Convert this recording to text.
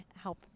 help